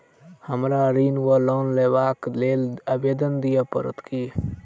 हमरा ऋण वा लोन लेबाक लेल आवेदन दिय पड़त की?